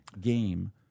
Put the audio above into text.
game